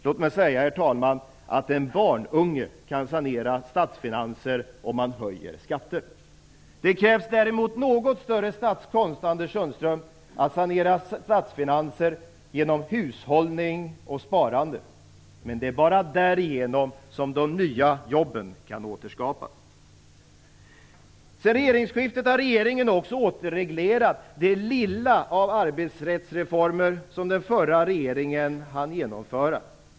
Låt mig säga, herr talman, att en barnunge kan sanera statsfinanser om han höjer skatter. Det krävs däremot något större statskonst, Anders Sundström, för att sanera statsfinanser genom hushållning och sparande. Men det är bara därigenom som de nya jobben kan återskapas. Sedan regeringsskiftet har regeringen också återreglerat det lilla av arbetsrättsreformer som den förra regeringen hann genomföra.